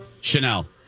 Chanel